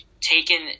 taken